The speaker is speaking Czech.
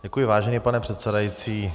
Děkuji, vážený pane předsedající.